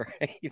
right